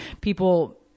people